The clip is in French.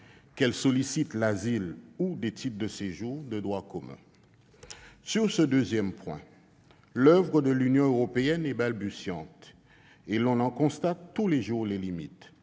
qu'elles sollicitent l'asile ou des titres de séjour de droit commun. Sur ce deuxième point, l'oeuvre de l'Union européenne est balbutiante, et l'on en constate tous les jours les limites.